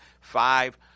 Five